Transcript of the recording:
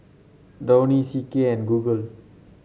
Downy C K and Google